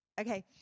Okay